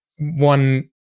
one